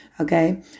Okay